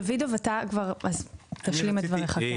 דוידוב, תשלים את דבריך.